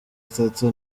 itatu